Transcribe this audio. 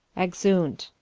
exeunt.